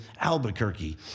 Albuquerque